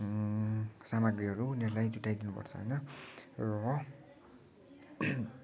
साम्रगीहरू उनीहरूलाई जुटाइदिनुपर्छ होइन र